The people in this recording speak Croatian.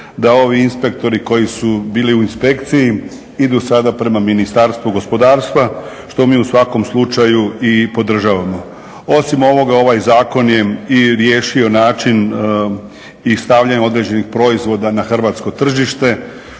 da ovi inspektori koji su bili u inspekciji idu sada prema Ministarstvu gospodarstva što mi u svakom slučaju i podržavamo. Osim ovoga ovaj Zakon je i riješio način i stavljanje određenih proizvoda na hrvatsko tržište.